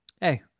Hey